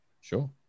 Sure